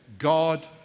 God